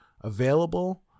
available